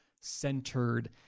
centered